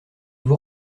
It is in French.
vous